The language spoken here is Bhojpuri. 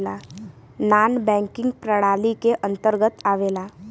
नानॅ बैकिंग प्रणाली के अंतर्गत आवेला